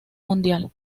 mundial